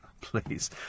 Please